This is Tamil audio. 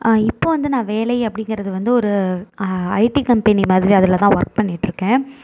இப்போ வந்து நான் வேலை அப்படிங்கறது வந்து ஒரு ஐடி கம்பெனி மாதிரி அதில்தான் ஒர்க் பண்ணிட்ருக்கேன்